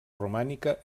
romànica